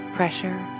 Pressure